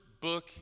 book